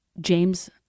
James